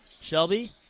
Shelby